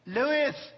Lewis